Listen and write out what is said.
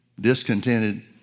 discontented